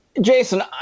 Jason